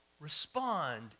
respond